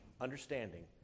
understanding